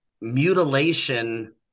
Mutilation